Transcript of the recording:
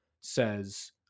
says